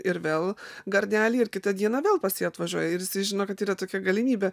ir vėl gardelį ir kitą dieną vėl pas jį atvažiuoja ir jisai žino kad yra tokia galimybė